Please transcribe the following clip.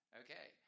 okay